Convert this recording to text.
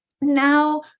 Now